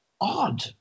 odd